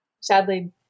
sadly